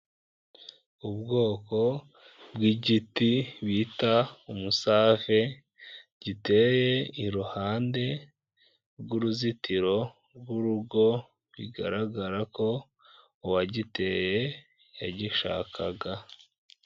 Ubwoko bw'igiti bita umusave, giteye iruhande rw'uruzitiro rw'urugo bigaragara ko uwagiteye yagishakaga.